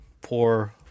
Poor